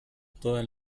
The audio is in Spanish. toda